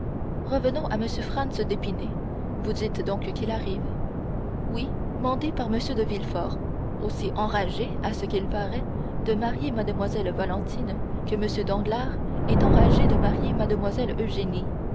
revenons à m franz d'épinay vous dites donc qu'il arrive oui mandé par m de villefort aussi enragé à ce qu'il paraît de marier mlle valentine que m danglars est enragé de marier mlle